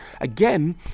Again